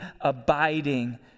abiding